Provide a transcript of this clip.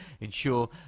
ensure